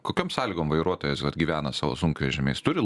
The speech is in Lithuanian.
kokiom sąlygom vairuotojas vat gyvena savo sunkvežimy jis turi